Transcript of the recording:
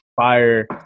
Fire